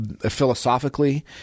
philosophically